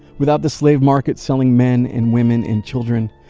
without the slave market selling men and women and children,